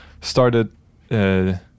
started